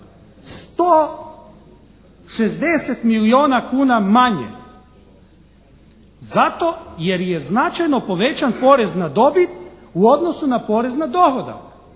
160 milijuna kuna manje zato jer je značajno povećan porez na dobit u odnosu na porez na dohodak.